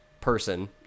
person